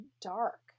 dark